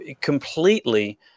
completely